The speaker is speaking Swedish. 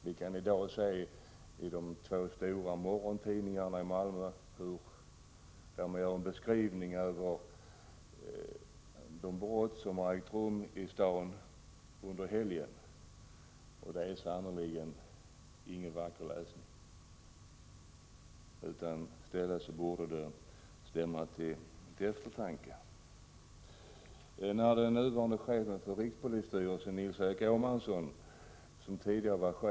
Vi kan i dag i de två stora morgontidningarna i Malmö läsa en beskrivning av de brott som ägt rum i staden under helgen. Det är sannerligen ingen njutbar läsning. Det är en läsning som borde stämma till eftertanke. sitt arbete som chef för Malmöpolisen uttryckte han sin stora oro över hur Prot.